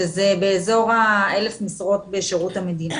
שזה באזור האלף משרות בשירות המדינה.